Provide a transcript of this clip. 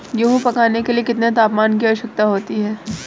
गेहूँ पकने के लिए कितने तापमान की आवश्यकता होती है?